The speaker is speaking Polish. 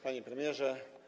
Panie Premierze!